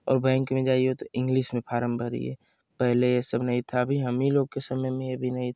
और बैंक में जाइए तो इंग्लिस में फारम भरिए पहले यह सब नहीं था अब हम ही लोग के समय में ये भी नहीं था